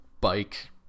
bike